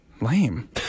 lame